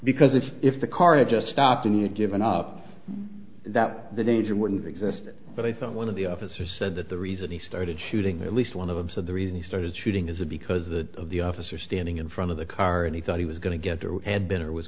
because if if the car had just stopped me and given up that the danger wouldn't exist but i thought one of the officers said that the reason he started shooting at least one of them so the reason he started shooting is it because the of the officer standing in front of the car and he thought he was going to get there had been or was